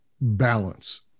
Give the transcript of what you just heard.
balance